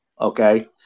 Okay